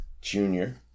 junior